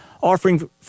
offering